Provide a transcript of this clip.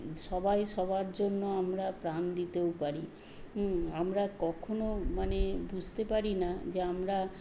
সবাই সবার জন্য আমরা প্রাণ দিতেও পারি আমারা কখনও মানে বুঝতে পারি না যে আমরা